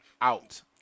out